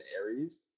Aries